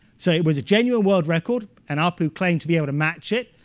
so it was a genuine world record, and apu claimed to be able to match it.